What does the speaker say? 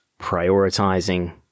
prioritizing